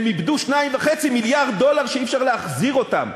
הן איבדו 2.5 מיליארד דולר שאי-אפשר להחזיר אותם.